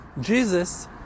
Jesus